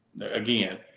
Again